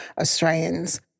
Australians